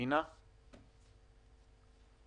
הסוגיה הזאת נבחנת באופן משותף על ידי משרד החינוך ומשרד האוצר.